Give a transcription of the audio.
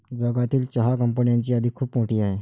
जगातील चहा कंपन्यांची यादी खूप मोठी आहे